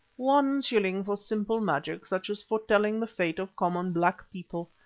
one shilling for simple magic such as foretelling the fate of common black people.